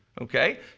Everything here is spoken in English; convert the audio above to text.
okay